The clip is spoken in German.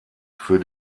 für